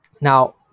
Now